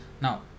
Now